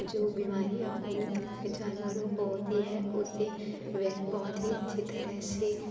जो बीमारियाँ उन जानवरों को होती है उसे वह बहुत ही अच्छी तरह से